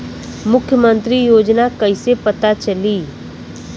मुख्यमंत्री योजना कइसे पता चली?